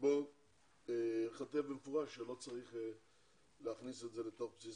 שבו ייכתב במפורש שלא צריך להכניס את זה לבסיס